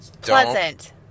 pleasant